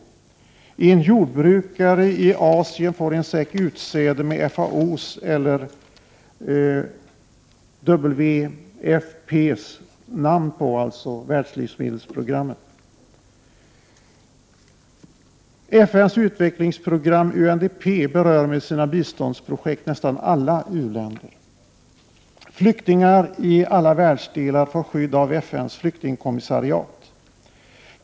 En jordbrukare i Asien får en säck utsäde med FAO:s eller WFP:s” — Världslivsmedelsprogrammets -” namn på. FN:s utvecklingsprogram UNDP berör med sina biståndsprojekt nästan alla u-länder. Flyktingar i alla världsdelar får skydd av FN:s flyktingkommissariat.